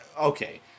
Okay